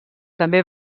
també